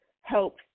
helps